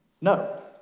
No